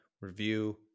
review